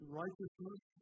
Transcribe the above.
righteousness